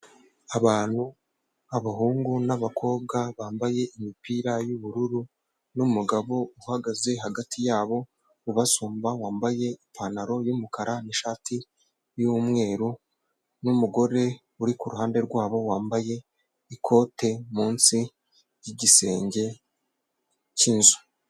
Abantu, abahungu n'abakobwa bambaye imipira y'ubururu n'umugabo uhagaze hagati yabo ubasumba, wambaye ipantaro y'umukara n'ishati y'umweru n'umugore uri ku ruhande rwabo wambaye ikote munsi yigisenge cy'inzu.